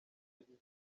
yagize